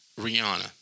Rihanna